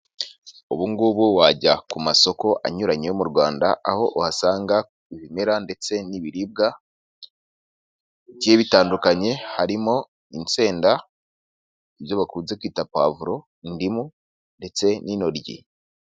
Ubu ngubu wajya ku masoko anyuranye yo mu Rwanda aho uhasanga ibimera ndetse n'ibiribwa bigiye bitandukanye harimo insenda ibyo bakunze kwita pavuro, indimu ndetse n'intoryi.